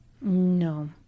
No